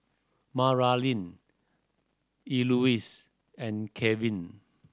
Maralyn Elouise and Kevin